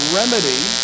remedy